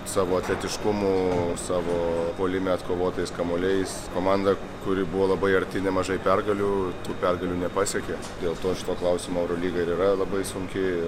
savo atletiškumu savo puolime atkovotais kamuoliais komanda kuri buvo labai arti nemažai pergalių tų pergalių nepasiekė dėl to šituo klausimu eurolyga ir yra labai sunki